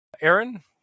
Aaron